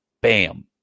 bam